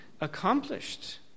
accomplished